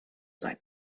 sein